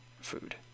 food